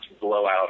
blowout